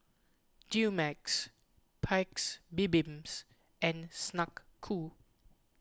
Dumex Paik's Bibim and Snek Ku